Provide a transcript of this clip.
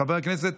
חבר הכנסת